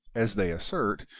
as they assert,